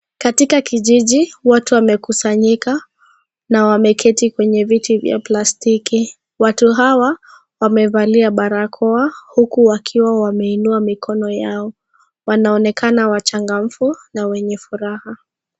Katika kijiji, watu wamekusanyika na wameketi kwenye viti vya plastiki. Watu hawa wamevalia barakoa huku wakiwa wameinua mikono yao. Wanaonekana wachangamfu na wenye furaha.